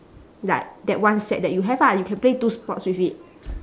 like that one set that you have ah you can play two sports with it